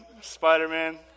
Spider-Man